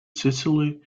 sicily